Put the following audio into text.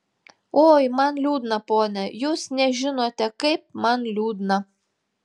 oi man liūdna pone jūs nežinote kaip man liūdna